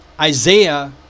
Isaiah